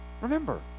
Remember